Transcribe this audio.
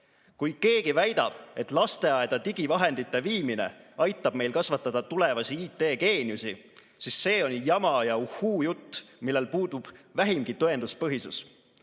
Kui keegi väidab, et lasteaeda digivahendite viimine aitab meil kasvatada tulevasi IT‑geeniusi, siis see on jama ja uhhuu-jutt, millel puudub vähimgi tõenduspõhisus.